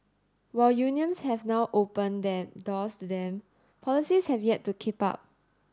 while unions have now opened their doors to them policies have yet to keep up